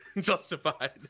justified